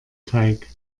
teig